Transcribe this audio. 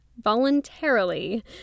voluntarily